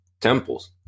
temples